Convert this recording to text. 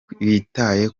witaye